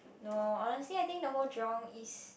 no honestly I think the whole Jurong-East